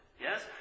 Yes